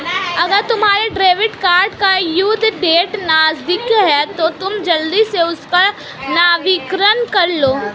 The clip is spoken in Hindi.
अगर तुम्हारे डेबिट कार्ड की ड्यू डेट नज़दीक है तो तुम जल्दी से उसका नवीकरण करालो